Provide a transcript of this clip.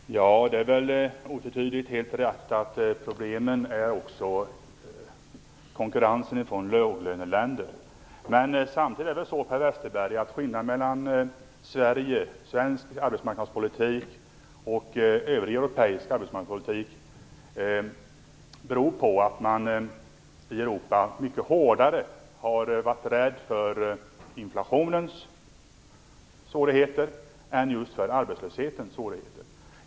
Herr talman! Det är väl otvetydigt helt rätt att konkurrensen från låglöneländer är ett problem. Samtidigt beror skillnaden - Per Westerberg - mellan arbetsmarknadspolitiken i Sverige och i övriga europeiska länder på att man i Europa har varit mycket mera rädd för de svårigheter inflation kan ge upphov till än för de problem arbetslöshet kan medföra.